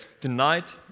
tonight